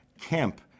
Kemp